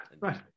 right